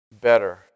better